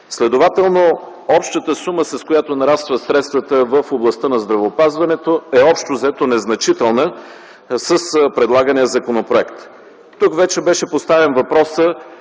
Следователно общата сума, с която нарастват средствата в областта на здравеопазването, е общо взето незначителна с предлагания законопроект. Тук вече беше поставен въпросът